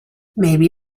maybe